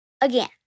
Again